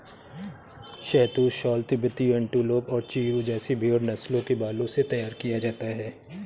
शहतूश shawl तिब्बती antelope और चिरु जैसी भेड़ नस्लों के बालों से तैयार किया जाता है